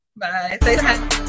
Bye